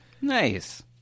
Nice